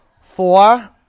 Four